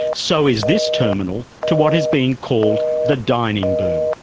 so is this terminal to what is being called the dining boom.